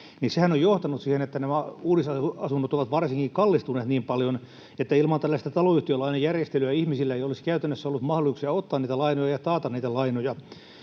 Sehän on johtanut siihen, että varsinkin uudisasunnot ovat kallistuneet niin paljon, että ilman tällaista taloyhtiölainajärjestelyä ihmisillä ei olisi käytännössä ollut mahdollisuuksia ottaa niitä lainoja ja taata niitä lainoja.